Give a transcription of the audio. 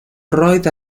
roig